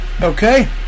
Okay